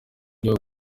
ibyo